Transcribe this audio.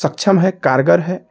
सक्षम है कारगर है